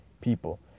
people